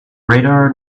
radar